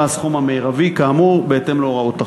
הסכום המרבי כאמור בהתאם להוראות החוק.